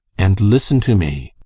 and listen to me!